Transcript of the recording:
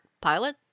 Pilot